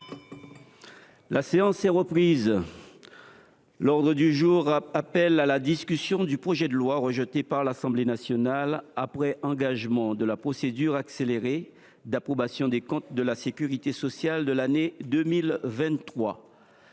La séance est reprise. L’ordre du jour appelle la discussion du projet de loi, rejeté par l’Assemblée nationale après engagement de la procédure accélérée, d’approbation des comptes de la sécurité sociale de l’année 2023